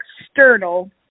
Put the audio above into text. external